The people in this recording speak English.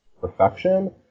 perfection